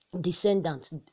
descendants